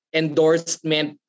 endorsement